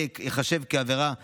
ייחשב לעבירה פלילית,